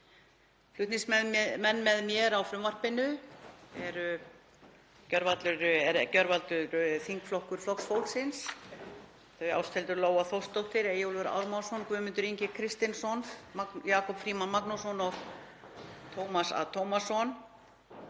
Flutningsmenn með mér á frumvarpinu er gjörvallur þingflokkur Flokks fólksins, þau Ásthildur Lóa Þórsdóttir, Eyjólfur Ármannsson, Guðmundur Ingi Kristinsson, Jakob Frímann Magnússon og Tómas A. Tómasson.